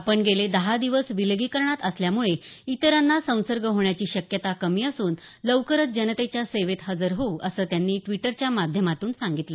आपण गेले दहा दिवस विलगीकरणात असल्यामुळे इतरांना संसर्ग होण्याची शक्यता कमी असून लवकरच जनतेच्या सेवेत हजर होऊ असं त्यांनी ट्वीटरच्या माध्यमातून सांगितलं